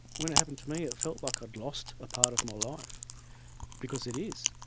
when it happened to me it felt like i'd lost a part of my life because it is,